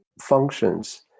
functions